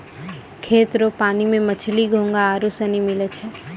खेत रो पानी मे मछली, घोंघा आरु सनी मिलै छै